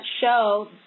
show